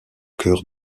cœur